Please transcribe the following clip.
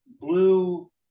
Blue